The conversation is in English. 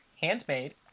handmade